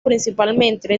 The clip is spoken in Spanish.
principalmente